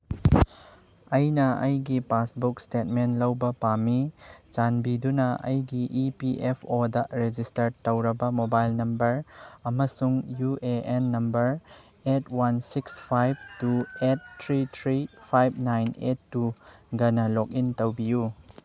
ꯑꯩꯅ ꯑꯩꯒꯤ passbook statement ꯂꯧꯕ ꯄꯥꯝꯃꯤ ꯆꯥꯟꯕꯤꯗꯨꯅ ꯑꯩꯒꯤ E P F O register ꯇꯧꯔꯕ ꯃꯣꯕꯥꯏꯜ ꯅꯝꯕꯔ ꯑꯃꯁꯨꯡ U A N number eight one six five two eight three three five nine eight ꯇꯨꯒꯅ ꯂꯣꯛ ꯏꯟ ꯇꯧꯕꯤꯌꯨ